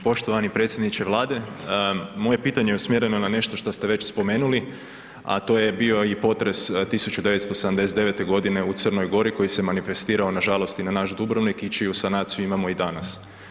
Poštovani predsjedniče Vlade, moje pitanje je usmjereno na nešto što ste već spomenuli, a to je bio i potres 1979. g. u Crnoj Gori koji se manifestirao, nažalost i na naš Dubrovnik i čiju sanaciju imamo i danas.